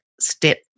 step